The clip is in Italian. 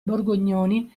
borgognoni